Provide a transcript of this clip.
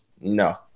No